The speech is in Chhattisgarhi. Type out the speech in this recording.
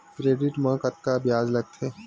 क्रेडिट मा कतका ब्याज लगथे?